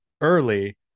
early